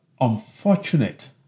unfortunate